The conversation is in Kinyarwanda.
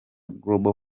global